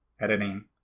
editing